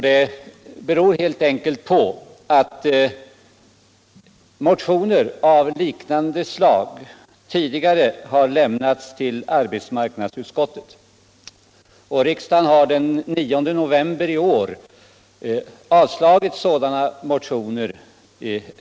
Det beror helt enkelt på att motioner av liknande slag tidigare har lämnats till arbetsmarknadsutskottet och den 9 november i år avslagits här i kammaren.